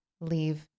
leave